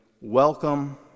welcome